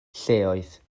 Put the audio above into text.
lleoedd